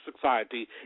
society